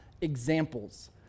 examples